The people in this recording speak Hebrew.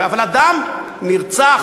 אבל אדם נרצח,